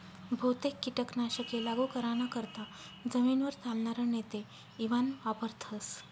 बहुतेक कीटक नाशके लागू कराना करता जमीनवर चालनार नेते इवान वापरथस